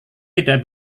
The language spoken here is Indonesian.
tidak